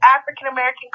African-American